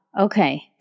Okay